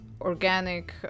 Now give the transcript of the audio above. organic